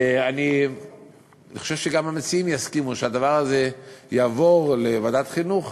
אני חושב שגם המציעים יסכימו שהדבר הזה יעבור לוועדת החינוך,